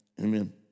Amen